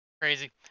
Crazy